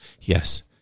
Yes